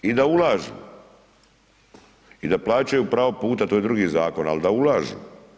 I da ulažu i da plaćaju pravo puta to je drugi zakon, al da ulažu.